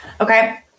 Okay